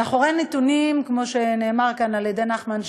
מאחורי הנתונים, כמו שאמר כאן נחמן שי,